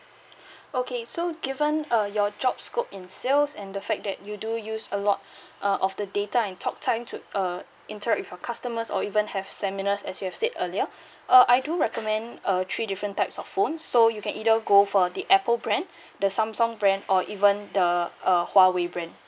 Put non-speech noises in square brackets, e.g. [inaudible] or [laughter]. [breath] okay so given uh your job scope in sales and the fact that you do use a lot [breath] uh of the data and time talk time to uh interact with your customers or even have seminars as you have said earlier [breath] uh I do recommend uh three different types of phone so you can either go for the apple brand [breath] the samsung brand or even the uh Huawei brand